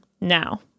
now